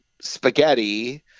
spaghetti